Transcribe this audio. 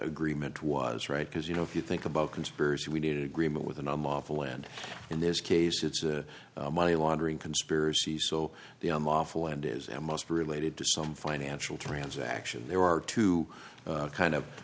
agreement was right because you know if you think about conspiracy we need agreement with an unlawful and in this case it's a money laundering conspiracy so the unlawful end is most related to some financial transaction there are two kind of